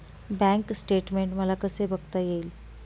Bank statement मला कसे बघता येईल?